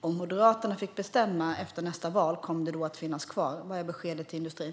Om Moderaterna får bestämma efter nästa val, kommer det då att finnas kvar? Vad är beskedet till industrin?